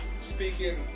Speaking